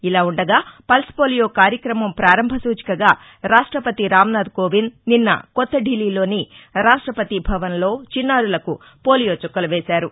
ఇలా ఉండగా పల్స్పోలియో కార్యక్రమం ప్రారంభ సూచికగా రాష్టపతి రామ్నాధ్కోవింద్ నిన్న కొత్త ఢిల్లీలోని రాష్టపతి భవన్లో చిన్నారులకు పోలియో చుక్కలు వేశారు